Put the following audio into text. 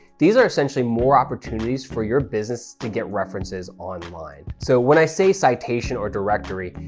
these are essentially more opportunities for your business to get references online. so when i say citation or directory,